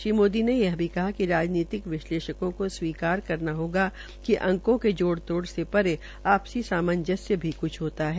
श्री मोदी ने यह भी कहा कि राजनीतिक विश्लेषणों को स्वीकार करना होगा कि अंको के जोड़ तोड़ के परे आपसी सामंजस्य भी कृछ होता है